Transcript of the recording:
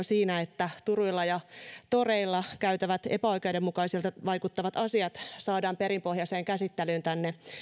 siinä että turuilla ja toreilla epäoikeudenmukaisilta vaikuttavat asiat saadaan perinpohjaiseen käsittelyyn tänne